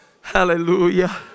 Hallelujah